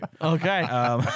Okay